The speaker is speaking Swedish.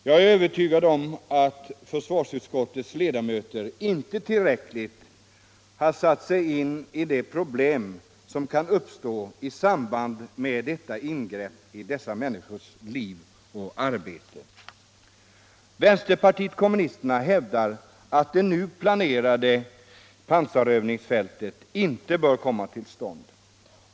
Jag är övertygad om att försvarsutskottets ledamöter inte tillräckligt satt sig in i de problem som kan uppstå i samband med detta ingrepp i de här människornas liv och arbete. Vänsterpartiet kommunisterna hävdar att det nu planerade pansarövningsfältet inte bör komma till stånd.